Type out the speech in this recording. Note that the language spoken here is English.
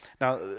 Now